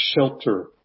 shelter